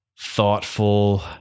thoughtful